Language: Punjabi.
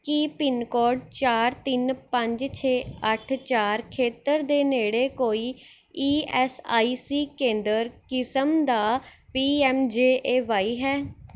ਕੀ ਪਿੰਨਕੋਡ ਚਾਰ ਤਿੰਨ ਪੰਜ ਛੇ ਅੱਠ ਚਾਰ ਖੇਤਰ ਦੇ ਨੇੜੇ ਕੋਈ ਈ ਐਸ ਆਈ ਸੀ ਕੇਂਦਰ ਕਿਸਮ ਦਾ P M J A Y ਹੈ